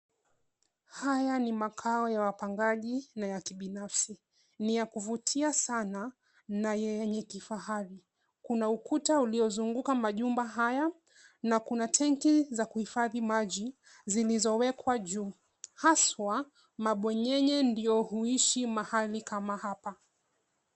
Haya ni makao ya wapangaji na ya kibinafsi. Ni ya kuvutia sana na yenye kifahari. Kuna ukuta uliozunguka majumba haya na kuna tenki za kuhifadhi maji zilizowekwa juu haswa mabwenyenye ndio huishi mahali kama hapa.